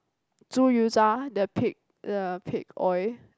猪油渣 the pig the pig oil